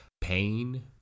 pain